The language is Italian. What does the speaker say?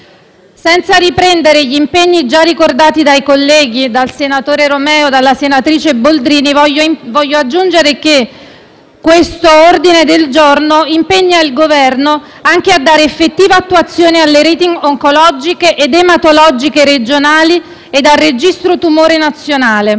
Senza riprendere gli impegni già ricordati dai colleghi, dal senatore Romeo e dalla senatrice Boldrini, voglio aggiungere che l'ordine del giorno G1 impegna il Governo a dare effettiva attuazione alle reti oncologiche ed ematologiche regionali ed al registro tumori nazionale.